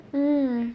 mm